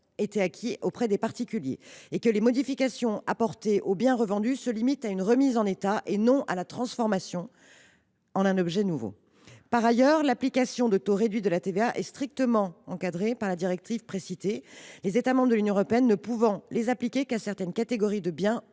été acquis auprès de particuliers et à la condition que les modifications apportées au bien revendu se limitent à une remise en état et non à sa transformation en un objet nouveau. Par ailleurs, l’application de taux réduits de TVA est strictement encadrée par la directive précitée, les États membres de l’Union européenne ne pouvant appliquer pareils taux qu’à certaines catégories de biens